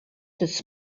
des